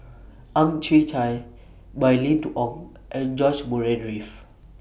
Ang Chwee Chai Mylene Ong and George Murray Reith